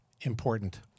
important